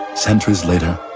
centuries later,